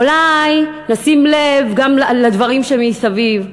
אולי נשים לב גם לדברים שמסביב.